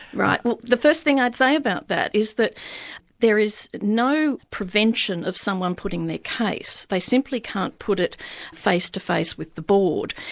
right. well the first thing i'd say about that is that there is no prevention of someone putting their case, they simply can't put it face-to-face with the board.